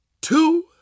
two